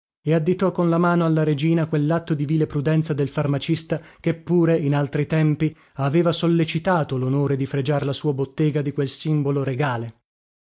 e additò con la mano alla regina quellatto di vile prudenza del farmacista che pure in altri tempi aveva sollecitato lonore di fregiar la sua bottega di quel simbolo regale